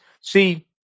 See